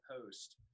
post